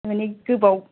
मानि गोबाव